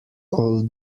all